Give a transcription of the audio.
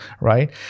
right